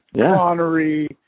Connery